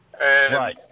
Right